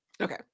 Okay